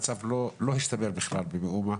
המצב לא הסתדר בכלל במאום,